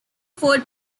fort